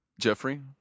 Jeffrey